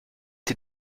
die